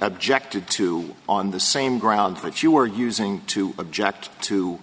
objected to on the same grounds that you were using to object to